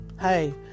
hey